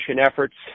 efforts